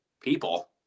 people